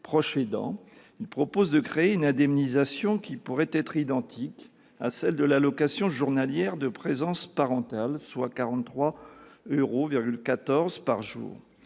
faible, il propose de créer une indemnisation dont le montant pourrait être identique à celui de l'allocation journalière de présence parentale, soit 43,14 euros par jour.